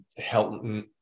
Helton